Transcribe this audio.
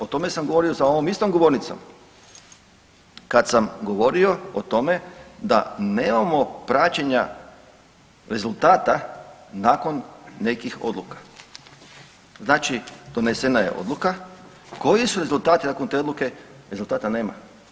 O tome sam govorio za ovom istom govornicom kad sam govorio o tome da nemamo praćenja rezultata nakon nekih odluka, znači donesena je odluka, koji su rezultati nakon te odluke, rezultata nema.